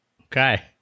Okay